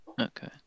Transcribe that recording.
Okay